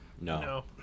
No